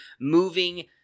moving